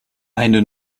eine